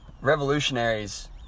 revolutionaries